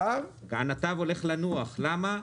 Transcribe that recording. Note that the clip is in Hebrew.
למה?